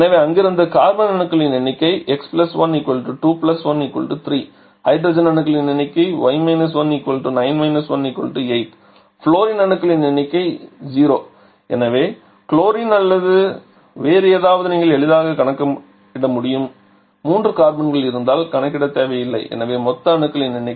எனவே அங்கிருந்து கார்பன் அணுக்களின் எண்ணிக்கை x 1 2 1 3 ஹைட்ரஜன் அணுக்களின் எண்ணிக்கை y 1 9 1 8 ஃவுளூரின் அணுக்களின் எண்ணிக்கை 0 எனவே குளோரின் அல்லது வேறு ஏதாவது நீங்கள் எளிதாக கணக்கிட முடியும் 3 கார்பன்கள் இருப்பதால் கணக்கிட தேவையில்லை எனவே மொத்த அணுக்களின் எண்ணிக்கை 3 × 2 2 8